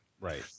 Right